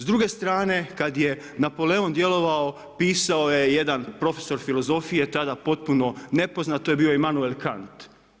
S druge strane, kad je Napoleon djelovao pisao je jedan profesor filozofije tada potpuno nepoznat, to je bio Emanuel Kant.